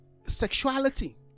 sexuality